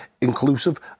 inclusive